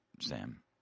Sam